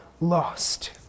lost